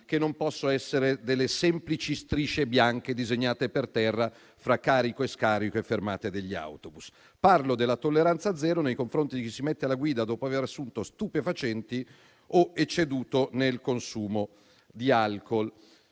che non possono essere delle semplici strisce bianche disegnate per terra fra carico e scarico e fermate degli autobus. Parlo della tolleranza zero nei confronti di chi si mette alla guida dopo aver assunto stupefacenti o aver ecceduto nel consumo di alcol.